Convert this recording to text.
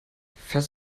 fährst